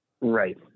Right